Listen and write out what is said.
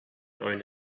own